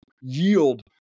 yield